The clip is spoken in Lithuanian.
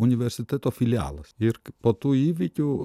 universiteto filialas ir po tų įvykių